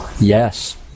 Yes